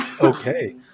Okay